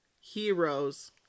heroes